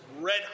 red